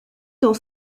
dans